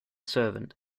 servant